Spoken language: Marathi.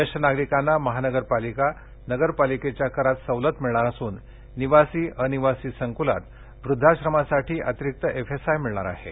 ज्येष्ठ नागरिकांना महानगरपालिका नगरपालिकेच्या करात सवलत मिळणार असून निवासी अनिवासी संकुलात वृद्धाश्रमासाठी अतिरिक्त एफएसआय मिळणार आहे